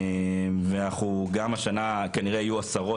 ואנחנו גם השנה כנראה יהיו עשרות